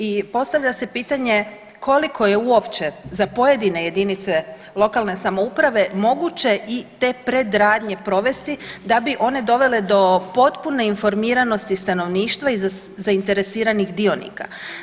I postavlja se pitanje koliko je uopće za pojedine jedinice lokalne samouprave moguće i te predradnje provesti da bi one dovele do potpune informiranosti stanovništva i zainteresiranih dionika?